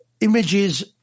images